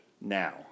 Now